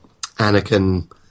Anakin